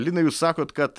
linai jūs sakot kad